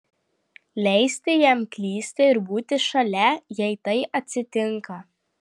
leisti jam klysti ir būti šalia jei tai atsitinka